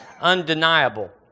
undeniable